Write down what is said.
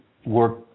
Work